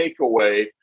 takeaway